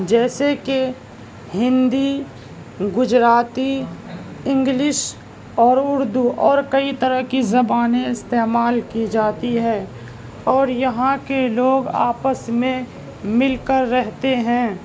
جیسے کہ ہندی گجراتی انگلش اور اردو اور کئی طرح کی زبانیں استعمال کی جاتی ہے اور یہاں کے لوگ آپس میں مل کر رہتے ہیں